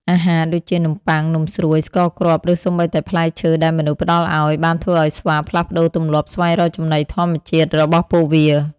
អាហារដូចជា នំប៉័ង នំស្រួយ ស្ករគ្រាប់ ឬសូម្បីតែផ្លែឈើដែលមនុស្សផ្តល់ឱ្យ បានធ្វើឱ្យស្វាផ្លាស់ប្តូរទម្លាប់ស្វែងរកចំណីធម្មជាតិរបស់ពួកវា។